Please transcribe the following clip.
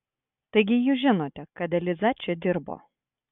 taigi jūs žinote kad eliza čia dirbo